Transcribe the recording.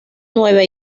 nueva